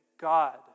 God